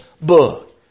book